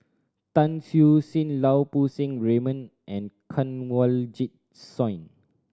Tan Siew Sin Lau Poo Seng Raymond and Kanwaljit Soin